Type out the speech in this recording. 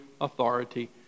authority